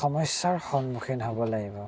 সমস্যাৰ সন্মুখীন হ'ব লাগিব